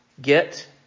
Get